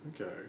Okay